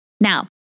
Now